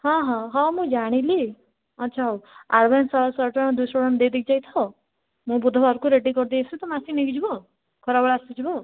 ହଁ ହଁ ହଁ ମୁଁ ଜାଣିଲି ଆଚ୍ଛା ହଉ ଆଡ଼ଭାନ୍ସ ଶହେ ଶହେ ଟଙ୍କା ଦୁଇଶହ ଟଙ୍କା ଦେଇ ଦେଇକି ଯାଇଥାଅ ମୁଁ ବୁଧବାରକୁ ରେଡ଼୍ଡୀ କରିଦେଇ ଆସିବି ତୁମେ ଆସିକି ନେଇକି ଯିବ ଆଉ ଖରାବେଳେ ଆସିଯିବ ଆଉ